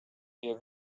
wir